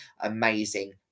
amazing